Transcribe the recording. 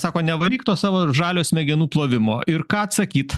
sako nevaryk to savo žalio smegenų plovimo ir ką atsakyt